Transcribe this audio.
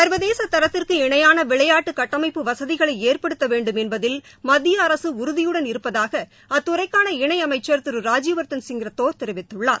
சா்வதேச தரத்திற்கு இணையான விளையாட்டு கட்டமைப்பு வசதிகளை ஏற்படுத்த வேண்டும் என்பதில் மத்திய அரசு உறுதியுடன் இருப்பதாக அத்துறைக்கான இணையமைச்சர் திரு ராஜ்யவர்த்தன் சிங் ரத்தோர் தெரிவித்துள்ளார்